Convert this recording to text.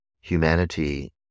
humanity